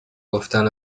گفتن